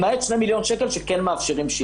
למעט שני מיליון שקל שכן מאפשרים.